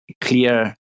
clear